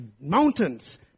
mountains